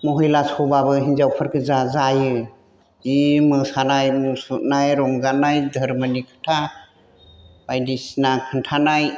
महिला सभाबो हिनजावफोर गोजा जायो जि मोसानाय मुसुरनाय रंजानाय धोरमोनि खोथा बायदिसिना खोन्थानाय